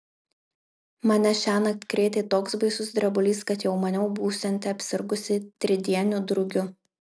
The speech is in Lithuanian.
mane šiąnakt krėtė toks baisus drebulys kad jau maniau būsianti apsirgusi tridieniu drugiu